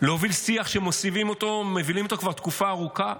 להוביל שיח שמובילים אותו כבר תקופה ארוכה